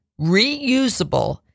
reusable